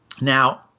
Now